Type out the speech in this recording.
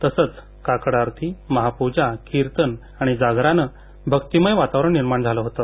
तसंच काकड आरती महाप्रजा कीर्तन आणि जागरानं भक्तीमय वातावरण निर्माण झालं होतं